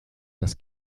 das